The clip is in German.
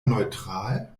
neutral